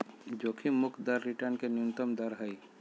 जोखिम मुक्त दर रिटर्न के न्यूनतम दर हइ